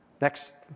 next